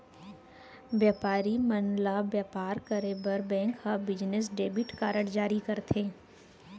बयपारी मन ल बयपार करे बर बेंक ह बिजनेस डेबिट कारड जारी करथे